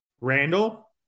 Randall